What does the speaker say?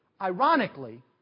ironically